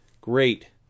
Great